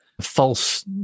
false